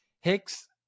Hicks